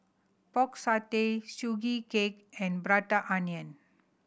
Pork Satay Sugee Cake and Prata Onion